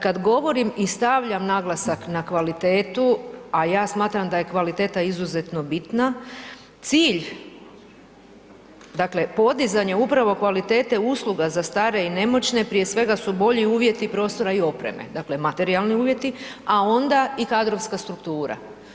Kad govorim i stavljam na naglasak na kvalitetu, a ja smatram da je kvaliteta izuzetno bitna, cilj dakle podizanje upravo kvalitete usluga za stare i nemoćne prije svega su bolji uvjeti prostora i opreme, dakle materijalni uvjeti a onda i kadrovska struktura.